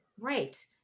right